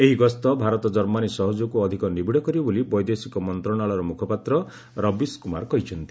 ଏହି ଗସ୍ତ ଭାରତ ଜର୍ମାନୀ ସହଯୋଗକୁ ଅଧିକ ନିବିଡ଼ କରିବ ବୋଲି ବୈଦେଶିକ ମନ୍ତ୍ରଣାଳୟର ମ୍ରଖପାତ୍ର ରବୀଶ କ୍ରମାର କହିଛନ୍ତି